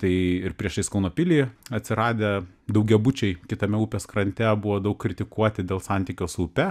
tai ir priešais kauno pilį atsiradę daugiabučiai kitame upės krante buvo daug kritikuoti dėl santykio su upe